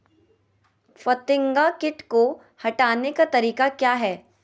फतिंगा किट को हटाने का तरीका क्या है?